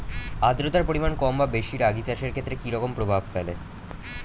আদ্রতার পরিমাণ কম বা বেশি রাগী চাষের ক্ষেত্রে কি রকম প্রভাব ফেলে?